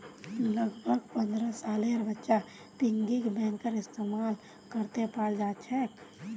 लगभग पन्द्रह सालेर बच्चा पिग्गी बैंकेर इस्तेमाल करते पाल जाछेक